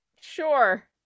Sure